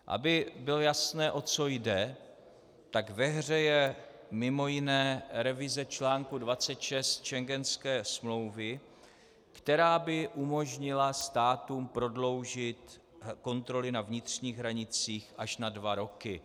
Aby bylo jasné, o co jde, tak ve hře je mimo jiné revize článku 26 schengenské smlouvy, která by umožnila státům prodloužit kontroly na vnitřních hranicích až na dva roky.